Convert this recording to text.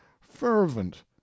fervent